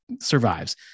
survives